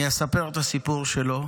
אני אספר את הסיפור שלו,